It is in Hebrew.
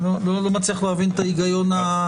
אני לא מצליח להבין את ההיגיון.